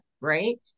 right